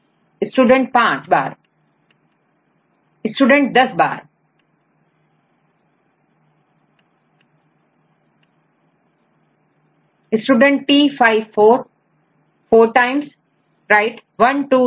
T3times student हां Student 5 times student 5 बार Student I 0 times student 10 बार 0 T Student T 5 4 4 times right 1 2 3 4 Student 4 This is T then this is 5 Right 5 times यह T है यह पांच बार है